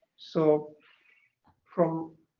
so from